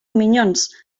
minyons